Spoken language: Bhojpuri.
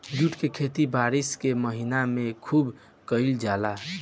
जूट के खेती बारिश के महीना में खुब कईल जाला